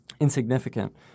insignificant